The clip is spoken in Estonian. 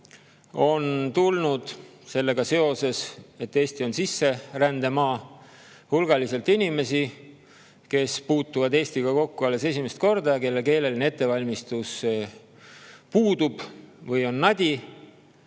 on tulnud – sellega seoses, et Eesti on sisserändemaa – hulgaliselt inimesi, kes puutuvad Eestiga kokku alles esimest korda ja kellel keeleline ettevalmistus puudub või on nadi,